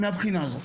תודה רבה.